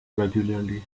regularly